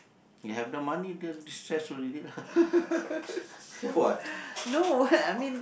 you have the money then destress already lah ya what